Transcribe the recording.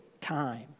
time